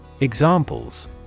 Examples